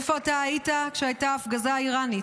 איפה אתה היית כשהייתה ההפגזה האיראנית?